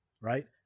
Right